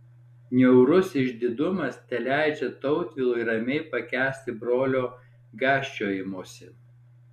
niaurus išdidumas neleidžia tautvilui ramiai pakęsti brolio gąsčiojimosi